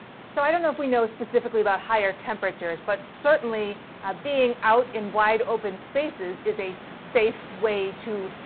so i don't know if we know specifically about higher temperatures. but certainly being out in wide open spaces is a safe way to